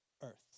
earth